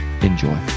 Enjoy